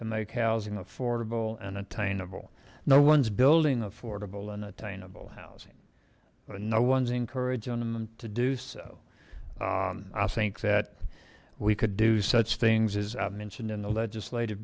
to make housing affordable and attainable no one's building affordable and attainable housing no one's encouraging them to do so i think that we could do such things as i mentioned in the legislative